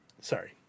Sorry